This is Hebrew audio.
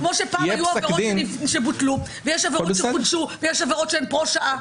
כמו שפעם היו עבירות שבוטלו ויש עבירות שחודשו ויש עבירות שהם פרו-שעה.